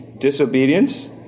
disobedience